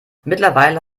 mittlerweile